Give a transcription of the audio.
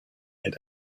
had